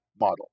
model